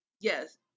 yes